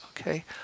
okay